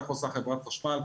כך עושה חברת חשמל,